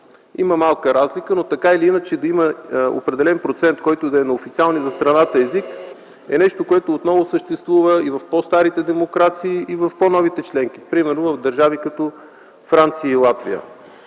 има малка разлика, но да има определен процент на официалния за страната език е нещо, което съществува и в по-старите демокрации, и в по-новите членки, примерно в държави като Франция и Латвия.